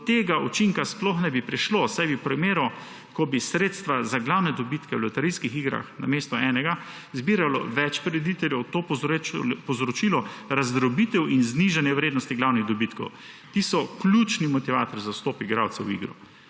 do tega učinka sploh ne bi prišlo, saj bi v primeru, ko bi sredstva za glavne dobitke v loterijskih igrah namesto enega zbiralo več prirediteljev, to povzročilo razdrobitev in znižanje vrednosti glavnih dobitkov, ki so ključni motivator za vstop igralcev v igro.